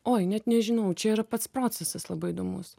oi net nežinau čia yra pats procesas labai įdomus